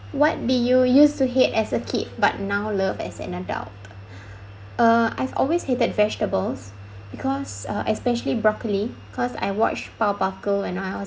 what be you used to hate as a kid but now love as an adult uh I've always hated vegetables because uh especially broccoli cause I watched powerpuff girls when I was